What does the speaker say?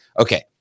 Okay